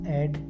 add